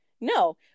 No